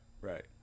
right